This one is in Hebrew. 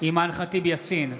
אימאן ח'טיב יאסין,